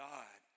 God